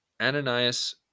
Ananias